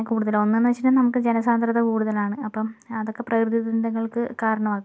കൂടുതൽ ഒന്ന് എന്നു വച്ചിട്ടുണ്ടെങ്കിൽ നമുക്ക് ജനസാന്ദ്രത കൂടുതലാണ് അപ്പം അതൊക്കെ പ്രകൃതി ദുരന്തങ്ങൾക്ക് കാരണമാകും